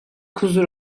kuzu